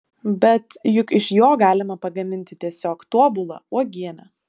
bet juk iš jo galima pagaminti tiesiog tobulą uogienę